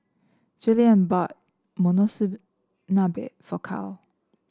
Julien bought Monsunabe for Cal